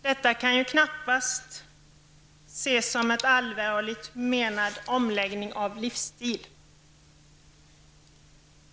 Detta kan knappast ses som en allvarligt menad omläggning av livsstil.